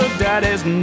daddy's